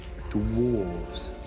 Dwarves